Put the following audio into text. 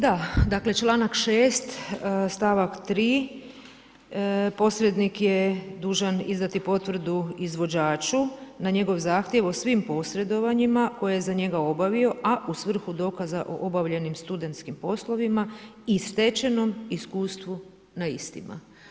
Da, dakle, čl. 6. stavak 3 posrednike je dužan izdati potvrdu izvođaču na njegov zahtjev o svim posredovanjima koja je za njega obavio, a u svrhu dokaza o obavljanim studenskim poslovima i stečenim iskustvu na istima.